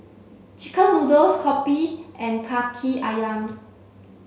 chicken noodles Kopi and Kaki Ayam